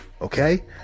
okay